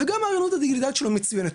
וגם האוריינות הדיגיטלית שלו מצוינת,